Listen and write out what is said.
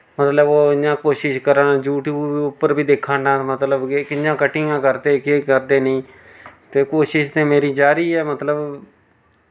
मतलब ओह् इ'यां कोशश करन यूट्यूब उप्पर बी दिक्खन मतलब कि कि'यां कट्टिंगां करदे केह् करदे नेईं ते कोशश ते मेरी जारी ऐ मतलब